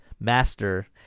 master